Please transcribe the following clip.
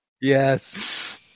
Yes